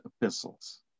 epistles